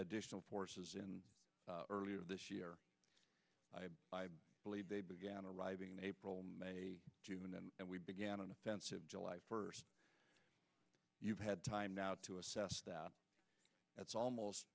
additional forces in earlier this year i believe they began arriving in april may june and we began an offensive july first you've had time now to assess that that's almost